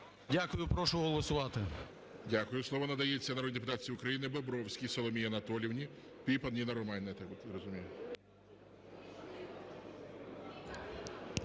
Дякую. Прошу голосувати.